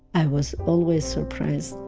i was always surprised.